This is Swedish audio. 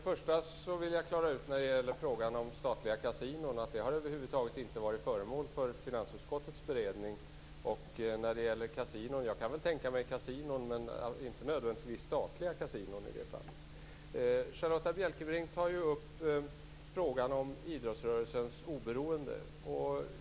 Fru talman! Statliga kasinon har över huvud taget inte varit föremål för beredning i finansutskottet. Jag kan tänka mig kasinon, men inte nödvändigtvis statliga kasinon. Charlotta Bjälkebring tar upp frågan om idrottsrörelsens oberoende.